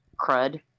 crud